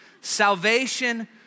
Salvation